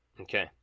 Okay